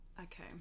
okay